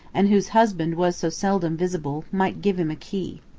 and whose husband was so seldom visible, might give him a key.